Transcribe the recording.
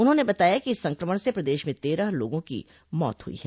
उन्होंने बताया कि इस संक्रमण से प्रदेश में तेरह लोगों की मौत हुई है